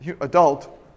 adult